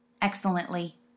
excellently